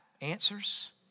answers